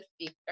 speaker